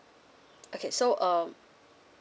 okay so um